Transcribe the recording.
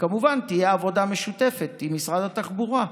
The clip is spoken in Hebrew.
וכמובן תהיה עבודה משותפת עם משרד התחבורה,